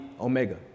Omega